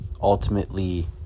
ultimately